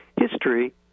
history